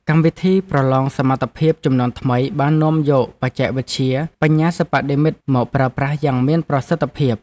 កម្មវិធីប្រឡងសមត្ថភាពជំនាន់ថ្មីបាននាំយកបច្ចេកវិទ្យាបញ្ញាសិប្បនិម្មិតមកប្រើប្រាស់យ៉ាងមានប្រសិទ្ធភាព។